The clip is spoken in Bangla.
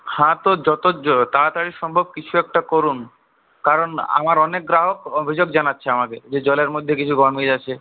হাঁ তো যত য তাড়াতাড়ি সম্ভব কিছু একটা করুন কারণ আমার অনেক গ্রাহক অভিযোগ জানাচ্ছে আমাকে যে জলের মধ্যে কিছু গরমিল আছে